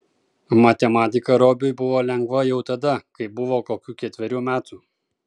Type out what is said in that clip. matematika robiui buvo lengva jau tada kai buvo kokių ketverių metų